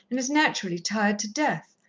and is naturally tired to death.